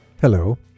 hello